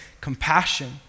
compassion